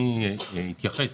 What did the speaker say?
אני אתייחס.